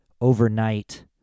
overnight